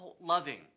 loving